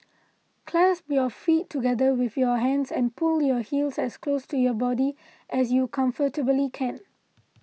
clasp your feet together with your hands and pull your heels as close to your body as you comfortably can